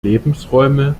lebensräume